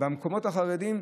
במקומות החרדיים,